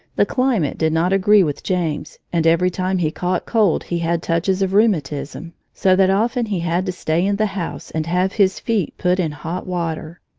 the climate did not agree with james, and every time he caught cold he had touches of rheumatism, so that often he had to stay in the house and have his feet put in hot water.